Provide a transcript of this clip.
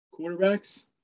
quarterbacks